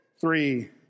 three